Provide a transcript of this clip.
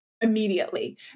Immediately